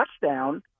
touchdown